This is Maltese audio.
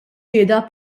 xhieda